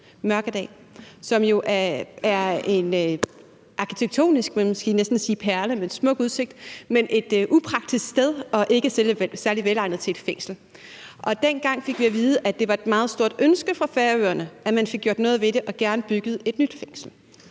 Mørkedal – som jo er en arkitektonisk, man kunne næsten sige perle med en smuk udsigt, men er et upraktisk sted og ikke særlig velegnet som fængsel. Dengang fik vi at vide, at det var et meget stort ønske fra Færøerne, at man fik gjort noget ved det og gerne fik bygget et nyt fængsel.